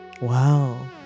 Wow